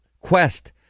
Quest